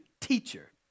teacher